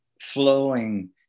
flowing